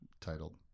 titled